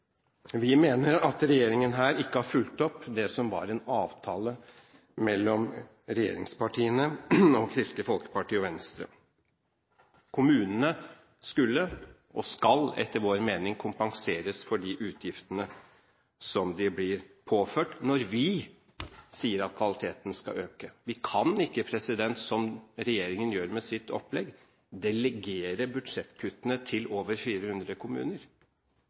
Vi mener at regjeringen ikke har fulgt opp det som var en avtale mellom regjeringspartiene og Kristelig Folkeparti og Venstre. Kommunene skulle og skal etter vår mening kompenseres for de utgiftene som de blir påført, når vi sier at kvaliteten skal øke. Vi kan ikke, som regjeringen gjør med sitt opplegg, delegere budsjettkuttene til over 400 kommuner.